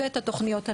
ואת התוכניות הלאומיות.